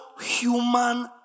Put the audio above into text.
human